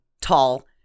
tall